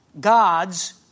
God's